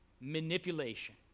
Manipulation